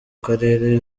karere